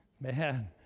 man